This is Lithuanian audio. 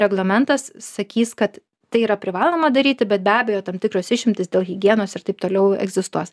reglamentas sakys kad tai yra privaloma daryti bet be abejo tam tikros išimtys dėl higienos ir taip toliau egzistuos